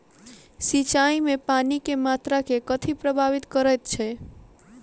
सिंचाई मे पानि केँ मात्रा केँ कथी प्रभावित करैत छै?